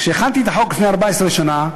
כשהכנתי את החוק לפני 14 שנה,